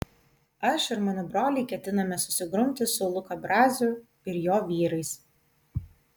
aš ir mano broliai ketiname susigrumti su luka braziu ir jo vyrais